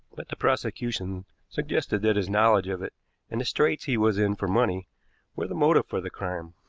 the prosecution suggested that his knowledge of it and the straits he was in for money were the motive for the crime.